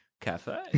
Cafe